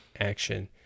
action